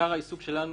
שעיקר העיסוק שלנו,